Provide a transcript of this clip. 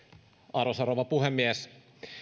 arvoisa rouva puhemies